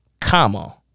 comma